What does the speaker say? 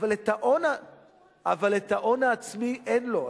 אבל את ההון העצמי אין לו,